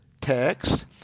text